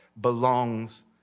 belongs